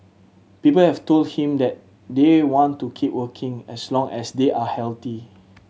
people have told him that they want to keep working as long as they are healthy